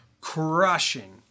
crushing